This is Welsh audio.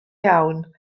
iawn